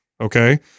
okay